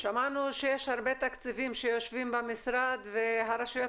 שמענו שיש הרבה תקציבים שיושבים במשרד והרשויות